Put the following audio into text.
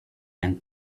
and